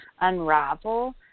unravel